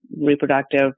reproductive